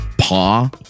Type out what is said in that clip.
paw